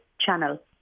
channel